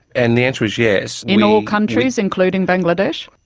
and the answer is yes. in all countries, including bangladesh?